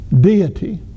deity